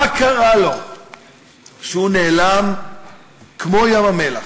מה קרה לו שהוא נעלם כמו ים-המלח,